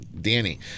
Danny